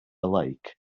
lake